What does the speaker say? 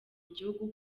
igihugu